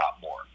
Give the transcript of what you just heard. more